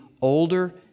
older